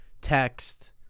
text